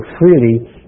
freely